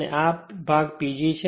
અને આ ભાગ PG છે